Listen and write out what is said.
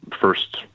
first